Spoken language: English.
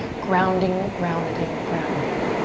grounding, grounding, grounding.